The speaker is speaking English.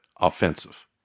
offensive